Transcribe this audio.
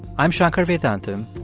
i'm shankar vedantam,